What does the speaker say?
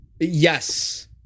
Yes